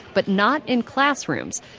but not in classrooms.